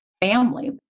family